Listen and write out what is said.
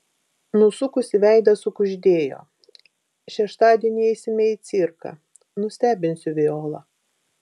nusukusi veidą sukuždėjo šeštadienį eisime į cirką nustebinsiu violą